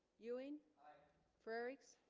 ewing frerichs